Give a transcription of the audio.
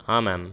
हां मॅम